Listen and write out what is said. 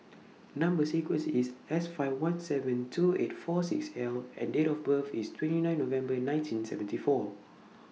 Number sequence IS S five one seven two eight four six L and Date of birth IS twenty nine November nineteen seventy four